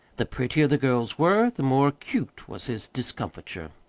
the prettier the girls were, the more acute was his discomfiture.